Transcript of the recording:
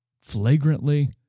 flagrantly